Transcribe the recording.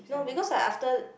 no because I after